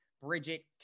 Bridget